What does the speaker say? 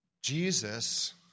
Jesus